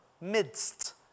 midst